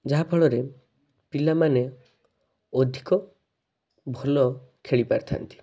ଯାହାଫଳରେ ପିଲାମାନେ ଅଧିକ ଭଲ ଖେଳିପାରିଥାନ୍ତି